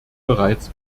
bereits